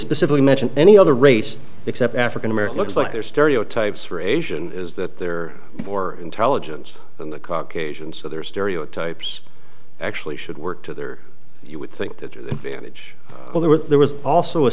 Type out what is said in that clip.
specifically mention any other race except african american looks like they're stereotypes or asian is that they're more intelligent than the caucasian so they're stereotypes actually should work to there you would think that there were there was also a